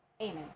Amen